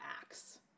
acts